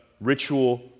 ritual